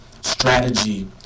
strategy